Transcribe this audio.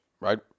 right